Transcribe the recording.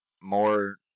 more